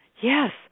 Yes